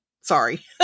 sorry